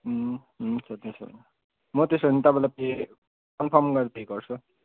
उम् हुन्छ त्यसो भए म त्यसो भए तपाईँलाई पे कन्फर्म गरेर पे गर्छु